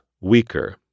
weaker